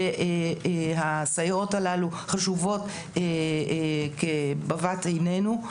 שהסייעות הללו חשובות כבבת עיננו.